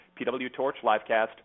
pwtorchlivecast